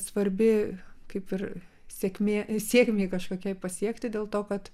svarbi kaip ir sėkmė sėkmei kažkokiai pasiekti dėl to kad